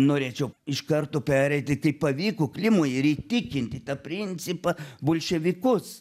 norėčiau iš karto pereiti kaip pavyko klimui ir įtikinti tą principą bolševikus